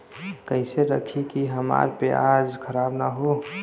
कइसे रखी कि हमार प्याज खराब न हो?